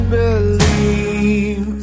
believe